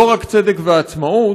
לא רק צדק ועצמאות,